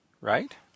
right